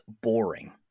boring